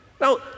Now